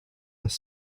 this